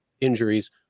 injuries